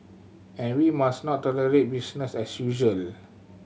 and we must not tolerate business as usual